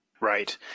Right